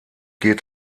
geht